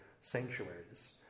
sanctuaries